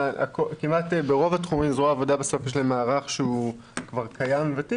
כמעט ברוב התחומים לזרוע העבודה בסוף יש מערך שהוא כבר קיים וותיק,